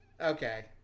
Okay